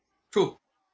true